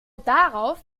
darauf